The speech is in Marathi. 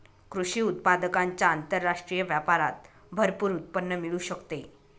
कृषी उत्पादकांच्या आंतरराष्ट्रीय व्यापारात भरपूर उत्पन्न मिळू शकते